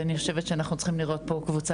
ואני חושבת שאנחנו צריכים לראות פה קבוצה